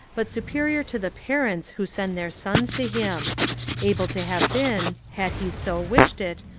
but superior to the parents who send their sons to him able to have been, had he so wished it,